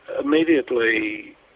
immediately